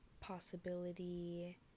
possibility